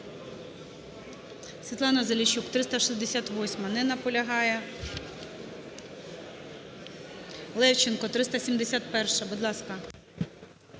Світлана Заліщук, 368-а. Не наполягає. Левченко, 371-а. Будь ласка.